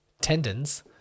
tendons